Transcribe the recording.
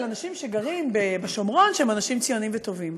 אנשים שגרים בשומרון שהם אנשים ציונים וטובים?